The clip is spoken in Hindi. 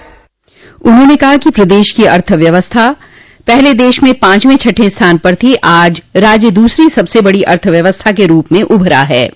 उन्होंने कहा कि प्रदेश की अर्थव्यवस्था पहले देश में पाचवें छठवें स्थान पर थी आज राज्य दूसरी सबस बड़ी अर्थव्यवस्था के रूप में उभरा है